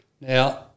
Now